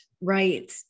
Right